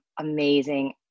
amazing